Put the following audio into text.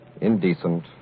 indecent